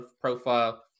profile